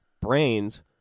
BRAINS